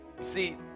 See